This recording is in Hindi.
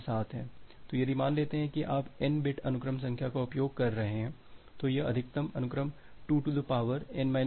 तो यदि मान लेते हैं कि आप n बिट अनुक्रम संख्या का उपयोग कर रहे हैं तो यह अधिकतम अनुक्रम 2n 1 है